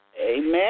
Amen